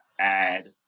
add